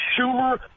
Schumer